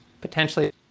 potentially